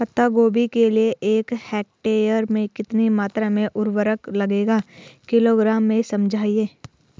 पत्ता गोभी के लिए एक हेक्टेयर में कितनी मात्रा में उर्वरक लगेगा किलोग्राम में समझाइए?